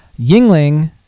Yingling